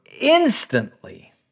instantly